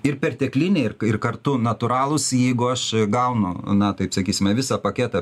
ir pertekliniai ir ir kartu natūralūs jeigu aš gaunu na taip sakysime visą paketą